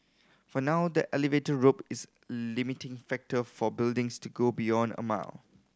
for now the elevator rope is limiting factor for buildings to go beyond a mile